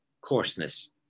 coarseness